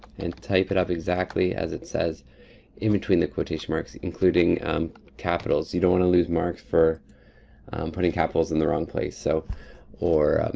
and, type it up exactly as it says in between the quotation marks, including capitals. you don't wanna lose marks for putting capitals in the wrong place, so or